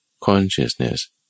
consciousness